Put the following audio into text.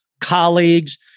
colleagues